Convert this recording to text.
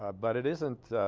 ah but it isn't